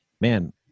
man